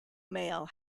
mail